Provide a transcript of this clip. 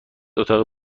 اتاقی